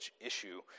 issue